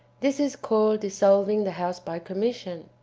this is called dissolving the house by commission.